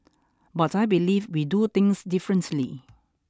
but I believe we do things differently